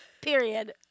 Period